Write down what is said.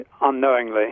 unknowingly